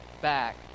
back